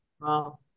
Wow